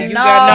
no